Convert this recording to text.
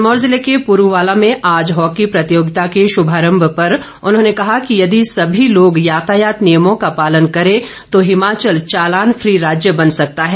सिरमौर जिले के प्ररूवाला में आज हॉकी प्रतियोगिता के शुभारंभ पर उन्होंने कहा कि यदि सभी लोग यातायात नियमों का पालन करे तो हिमाचल चालान फी राज्य बन सकता है